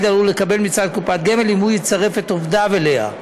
עלול לקבל מצד קופת גמל אם הוא יצרף את עובדיו אליה.